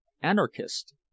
anarchist